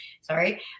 sorry